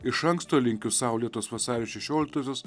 iš anksto linkiu saulėtos vasario šešioliktosios